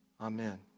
Amen